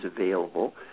available